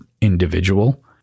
individual